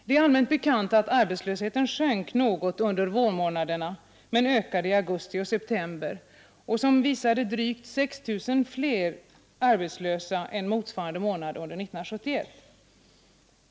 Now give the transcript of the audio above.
Det är allmänt bekant att arbetslösheten sjönk något under vårmånaderna men ökade i augusti och september, som visade drygt 6 300 fler arbetslösa än motsvarande månad 1971.